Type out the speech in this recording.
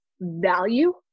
value